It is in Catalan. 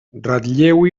ratlleu